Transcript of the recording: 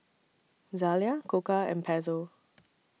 Zalia Koka and Pezzo